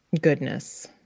goodness